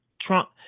Trump